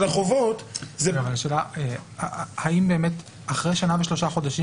החובות --- האם אחרי שנה ושלושה חודשים,